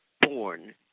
born